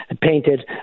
painted